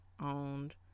owned